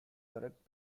correct